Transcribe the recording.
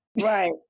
right